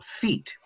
feet